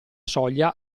soglia